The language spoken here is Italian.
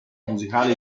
musicali